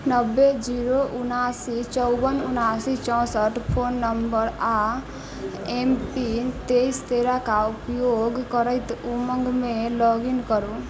नब्बे जीरो उनासी चौवन उनासी चौँसठि फोन नम्बर आओर एम पिन तेइस तेरहके उपयोग करैत उमङ्गमे लॉग इन करू